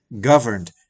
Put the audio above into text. governed